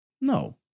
No